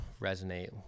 resonate